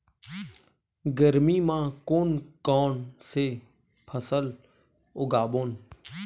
गरमी मा कोन कौन से फसल उगाबोन?